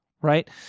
right